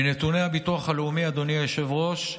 מנתוני הביטוח הלאומי, אדוני היושב-ראש,